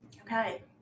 Okay